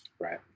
Right